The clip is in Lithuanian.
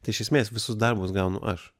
tai iš esmės visus darbus gaunu aš